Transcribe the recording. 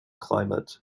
climate